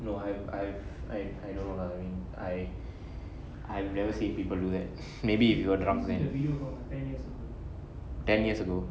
no I I I I don't know lah I mean I I have never seen people do that maybe if you were drunk and ten years ago